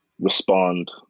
respond